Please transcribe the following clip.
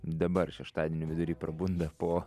dabar šeštadienio vidury prabunda po